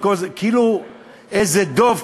כאילו איזה דוב.